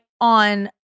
on